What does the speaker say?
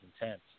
intense